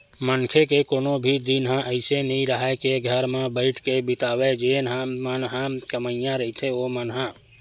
मनखे के कोनो भी दिन ह अइसे नइ राहय के घर म बइठ के बितावय जेन मन ह कमइया रहिथे ओमन ह